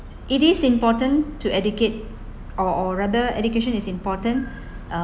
it is important to educate or or rather education is important uh